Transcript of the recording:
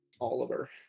Oliver